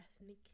ethnic